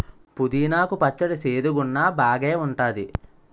పుదీనా కు పచ్చడి సేదుగున్నా బాగేఉంటాది